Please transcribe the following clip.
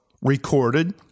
recorded